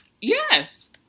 Yes